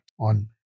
on